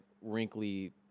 wrinkly